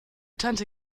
tante